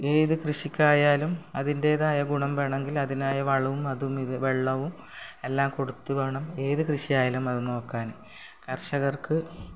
ഏത് കൃഷിക്കായാലും അതിൻറേതായ ഗുണം വേണമെങ്കിൽ അതിനായി വളവും അതും ഇതും വെള്ളവും എല്ലാം കൊടുത്ത് വേണം ഏത് കൃഷിയായാലും അത് നോക്കാൻ കർഷകർക്ക്